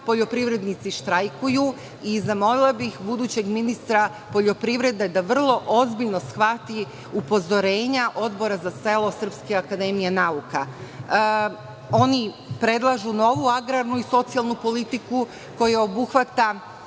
poljoprivrednici štrajkuju i zamolila bih budućeg ministra poljoprivrede da vrlo ozbiljno shvati upozorenja Odbora za selo SANU. Oni predlažu novu agrarnu i socijalnu politiku koja obuhvata